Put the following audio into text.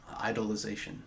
idolization